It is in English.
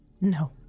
No